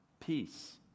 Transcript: peace